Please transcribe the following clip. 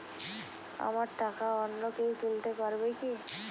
আমার টাকা অন্য কেউ তুলতে পারবে কি?